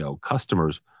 customers